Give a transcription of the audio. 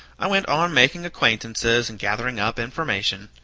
i went on making acquaintances and gathering up information.